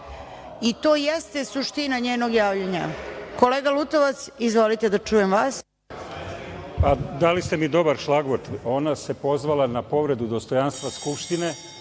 I to jeste suština njenog javljanja. Kolega Lutovac, izvolite da čujemo vas. **Zoran Lutovac** Dali ste mi dobar šlagvort, ona se pozvala na povredu dostojanstva Skupštine.